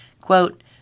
Quote